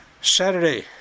Saturday